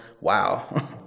wow